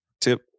Tip